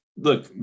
Look